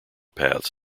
paths